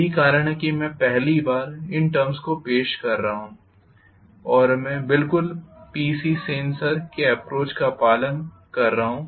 यही कारण है कि मैं पहली बार इन टर्म्स को पेश कर रहा हूं और मैं बिल्कुल पी सी सेन सर के अप्रोच का पालन कर रहा हूं